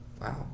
Wow